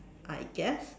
I guess